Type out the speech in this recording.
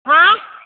हा